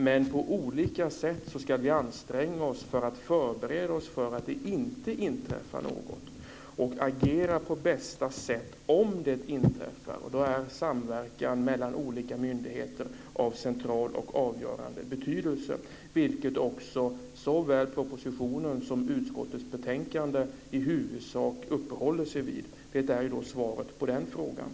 Men på olika sätt ska vi anstränga oss för att förbereda oss för att det inte inträffar något och agera på bästa sätt om det inträffar något. Då är samverkan mellan olika myndigheter av central och avgörande betydelse - vilket också såväl propositionen som utskottets betänkande i huvudsak uppehåller sig vid. Det är svaret på den frågan.